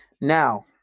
Now